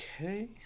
Okay